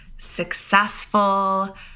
successful